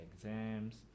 exams